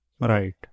Right